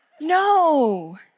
No